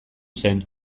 zen